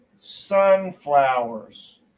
Sunflowers